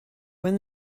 when